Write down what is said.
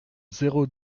zéro